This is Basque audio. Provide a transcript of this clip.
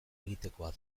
egitekoa